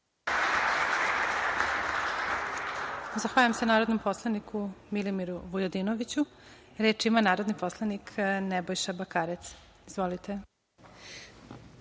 Zahvaljujem se narodnom poslaniku, Milimiru Vujadinoviću. Reč ima narodni poslanik Nebojša Bakarec. Izvolite.